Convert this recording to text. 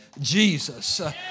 Jesus